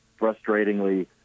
frustratingly